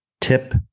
Tip